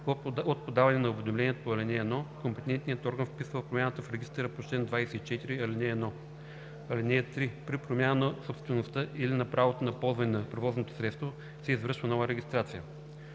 от подаване на уведомлението по ал. 1 компетентният орган вписва промяната в регистъра по чл. 24, ал. 1. (3) При промяна на собствеността или на правото на ползване на превозното средство се извършва нова регистрация.“